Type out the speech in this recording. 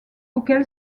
auquel